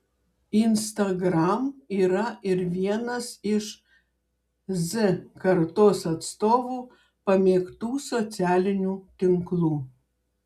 instagram yra ir vienas iš z kartos atstovų pamėgtų socialinių tinklų